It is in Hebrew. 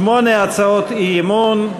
שמונה הצעות אי-אמון,